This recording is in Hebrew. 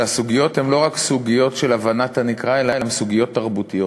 שהסוגיות הן לא רק סוגיות של הבנת הנקרא אלא הן סוגיות תרבותיות.